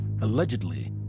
allegedly